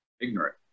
ignorant